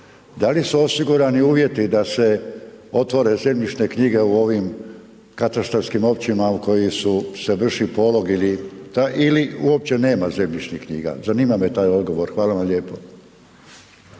Da li su osigurani uvjeti da se otvore zemljišne knjige u ovim katastarskim općinama u kojima se vrši polog ili uopće nema zemljišnih knjiga? Zanima me taj odgovor. Hvala vam lijepo.